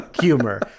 humor